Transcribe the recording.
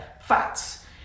fats